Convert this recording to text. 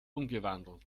umgewandelt